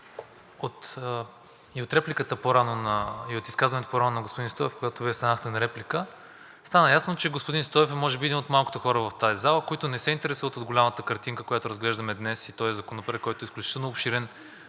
от изказването по-рано на господин Стоев, за което Вие станахте за реплика, стана ясно, че господин Стоев е, може би, един от малкото хора в тази зала, които не се интересуват от голямата картина, която разглеждаме днес и този законопроект, който е изключително обширен,